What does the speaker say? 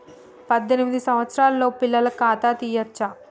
పద్దెనిమిది సంవత్సరాలలోపు పిల్లలకు ఖాతా తీయచ్చా?